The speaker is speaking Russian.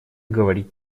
говорить